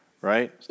Right